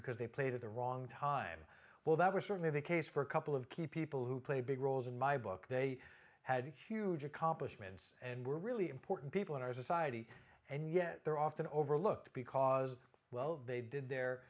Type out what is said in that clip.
because they played at the wrong time well that was certainly the case for a couple of key people who play big roles in my book they had huge accomplishments and were really important people in our society and yet they're often overlooked because well they did their